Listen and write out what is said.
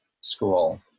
school